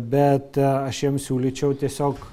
bet aš jiem siūlyčiau tiesiog